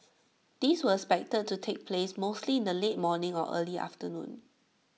these were expected to take place mostly in the late morning or early afternoon